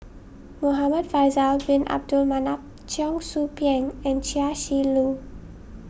Muhamad Faisal Bin Abdul Manap Cheong Soo Pieng and Chia Shi Lu